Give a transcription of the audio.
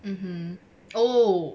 hmm oh